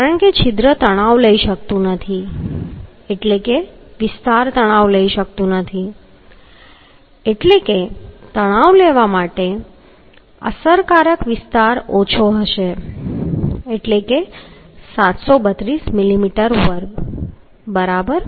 કારણ કે છિદ્ર તણાવ લઈ શકતું નથી એટલે કે વિસ્તાર તણાવ લઈ શકતું નથી એટલે કે તણાવ લેવા માટેનો અસરકારક વિસ્તાર ઓછો હશે એટલે કે 732 મિલીમીટર વર્ગ બરાબર